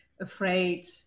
afraid